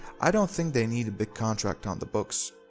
i don't think they need a big contract on the books.